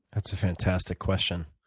that's a fantastic question.